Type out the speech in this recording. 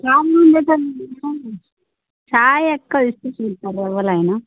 చాయ్ అక్కడ ఇస్తే తిడతారా ఎవ్వరైనా